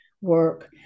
work